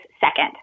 second